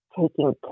taking